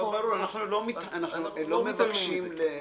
ברור, הם לא מתעלמים מזה.